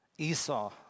Esau